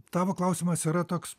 tavo klausimas yra toks